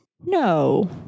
No